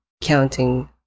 counting